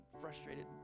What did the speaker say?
frustrated